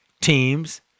teams